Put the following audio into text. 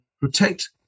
Protect